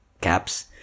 caps